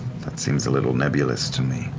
that seems a little nebulous to me.